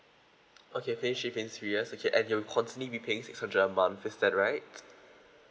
okay pay finish in three years okay and you're constantly paying six hundred a month is that right